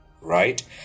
right